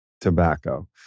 tobacco